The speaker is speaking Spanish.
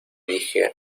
dije